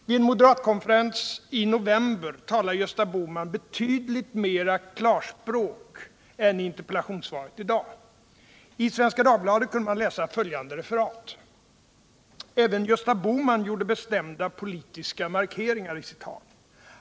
Vid en moderatkonferens i november talade Gösta Bohman betydligt mera klarspråk än i interpellationssvaret i dag. I Svenska Dagbladet kunde man läsa följande referat: ”Även Gösta Bohman gjorde bestämda politiska markeringar i sitt tal.